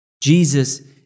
Jesus